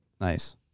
Nice